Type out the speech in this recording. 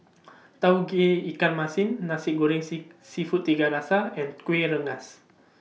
Tauge Ikan Masin Nasi Goreng Sit Seafood Tiga Rasa and Kueh Rengas